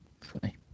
funny